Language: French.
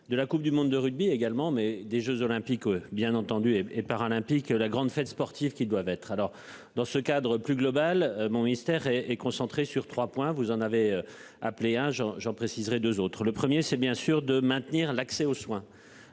de la Coupe du monde de rugby également mais des Jeux olympiques. Bien entendu et paralympiques. La grande fête sportive qui doivent être alors dans ce cadre plus global. Bon. Mystère et et concentrée sur 3 points, vous en avez appelé à Jean, Jean préciserez, 2 autres le 1er c'est bien sûr de maintenir l'accès aux soins,